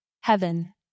heaven